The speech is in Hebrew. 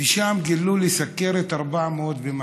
ושם גילו לי סוכרת 400 ומשהו,